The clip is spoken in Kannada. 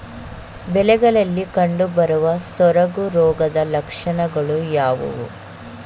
ಬೆಳೆಗಳಲ್ಲಿ ಕಂಡುಬರುವ ಸೊರಗು ರೋಗದ ಲಕ್ಷಣಗಳು ಯಾವುವು?